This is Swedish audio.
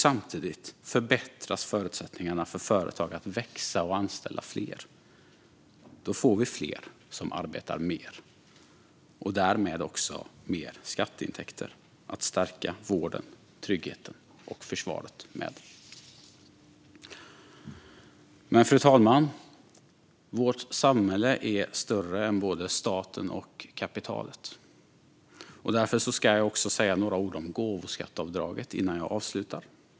Samtidigt förbättras förutsättningarna för företag att växa och anställa fler. Då får Sverige fler som arbetar mer och därmed också mer skatteintäkter att stärka vården, tryggheten och försvaret med. Fru talman! Vårt samhälle är dock större än både staten och kapitalet. Därför ska jag också säga några ord om gåvoskatteavdraget innan jag avslutar.